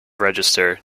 register